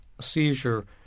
seizure